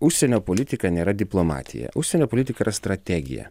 užsienio politika nėra diplomatija užsienio politika yra strategija